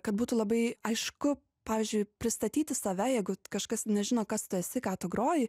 kad būtų labai aišku pavyzdžiui pristatyti save jeigu kažkas nežino kas tu esi ką tu groji